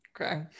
Okay